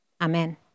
Amen